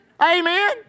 Amen